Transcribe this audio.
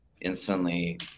instantly